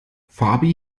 fabi